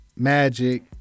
Magic